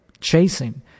chasing